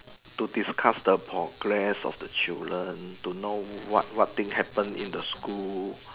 to discuss the progress of the children to know what what thing happen in the school